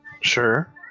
Sure